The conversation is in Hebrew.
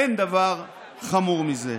אין דבר חמור מזה.